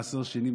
מעשר שני,